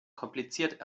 kompliziert